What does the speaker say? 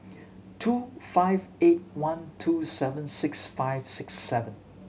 two five eight one two seven six five six seven